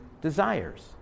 desires